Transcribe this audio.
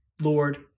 Lord